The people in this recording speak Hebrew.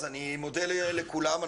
אז אני מודה לכולם.